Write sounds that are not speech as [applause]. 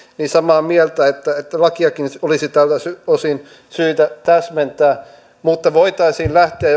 samaa mieltä että että lakiakin olisi tältä osin syytä täsmentää joka tapauksessa voitaisiin lähteä [unintelligible]